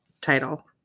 title